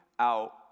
out